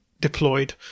Deployed